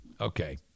Okay